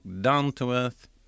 down-to-earth